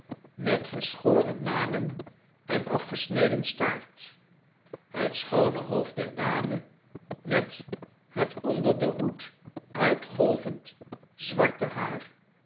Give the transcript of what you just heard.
met geschoren manen en afgesneden staart het schoone hoofd der dame met het onder den hoed uitgolvend zwarte haar